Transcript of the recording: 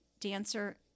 dancer